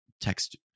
text